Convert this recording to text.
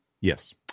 Yes